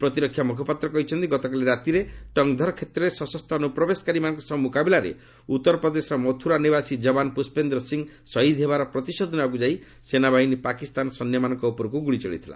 ପ୍ରତିରକ୍ଷା ମୁଖପାତ୍ର କହିଛନ୍ତି ଗତକାଲି ରାତିରେ ଟଙ୍ଗଦର୍ କ୍ଷେତ୍ରରେ ସଶସ୍ତ ଅନୁପ୍ରବେଶକାରୀମାନଙ୍କ ସହ ମୁକାବିଲାରେ ଉତ୍ତରପ୍ରଦେଶର ମଥୁରା ନିବାସୀ ଯବାନ ପୁଷ୍ପେନ୍ଦ୍ର ସିଂ ଶହୀଦ ହେବାର ପ୍ରତିଶୋଧ ନେବାକୁ ଯାଇ ସେନାବାହିନୀ ପାକିସ୍ତାନ ସୈନ୍ୟମାନଙ୍କ ଉପରକୁ ଗୁଳି ଚଳାଇଥିଲା